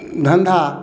धंधा